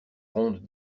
rondes